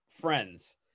friends